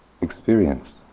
experience